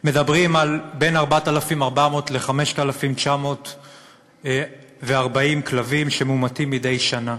מדברים על בין 4,400 ל-5,940 כלבים שמומתים מדי שנה.